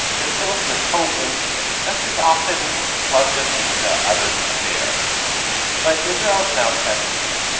that fill us with hope, and just as often plunge us into utter despair but israel's now seventy.